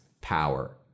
power